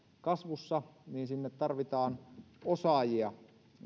kasvussa että sinne tarvitaan osaajia